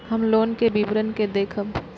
हम लोन के विवरण के देखब?